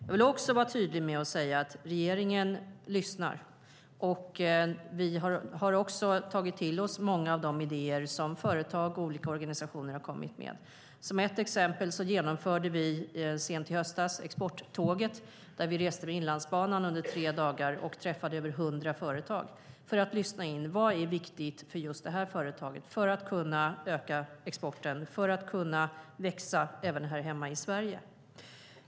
Jag vill också vara tydlig med att säga att regeringen lyssnar. Vi har också tagit till oss många av de idéer som företag och olika organisationer har kommit med. Som ett exempel kan jag nämna att vi sent i höstas genomförde exporttåget, där vi reste med Inlandsbanan i tre dagar och träffade över 100 företag, för att lyssna in vad som är viktigt för det aktuella företaget för att kunna öka exporten och kunna växa även här hemma i Sverige.